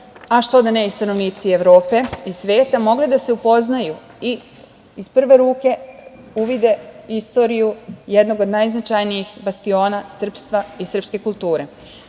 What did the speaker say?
a što da ne i stanovnici Evrope i sveta, mogli da se upoznaju i iz prve ruke uvide istoriju jednog od najznačajnijih bastiona srpstva i srpske kulture. Moje